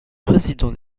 président